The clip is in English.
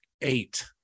eight